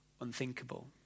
unthinkable